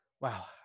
Wow